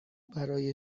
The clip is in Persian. برای